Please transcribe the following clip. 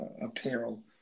apparel